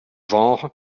genres